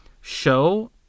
show